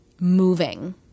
moving